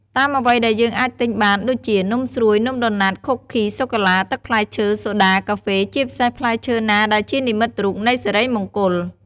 តាមអ្វីដែលយើងអាចទិញបានដូចជា នំស្រួយ នំដូណាត់ ខូឃី សូកូឡា ទឹកផ្លែឈើ សូដា កាហ្វេ ជាពិសេសផ្លែឈើណាដែលជានិមិត្តរូបនៃសិរីមង្គល។